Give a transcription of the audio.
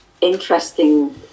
interesting